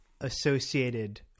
associated